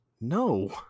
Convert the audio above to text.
No